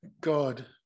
God